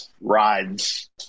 rides